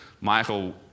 Michael